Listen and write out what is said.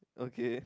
okay